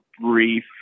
brief